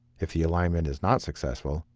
if the alignment is not successful,